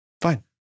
fine